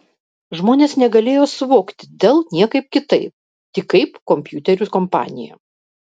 žmonės negalėjo suvokti dell niekaip kitaip tik kaip kompiuterių kompaniją